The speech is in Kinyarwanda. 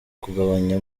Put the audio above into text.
kugabanya